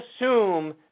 assume